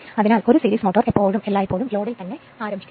അതിനാൽ ഒരു series motor എല്ലായ്പ്പോഴും ലോഡിൽ ആരംഭിക്കണം